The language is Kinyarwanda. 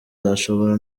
bashobora